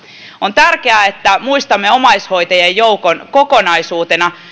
on tärkeää että muistamme omaishoitajien joukon kokonaisuutena